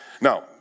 Now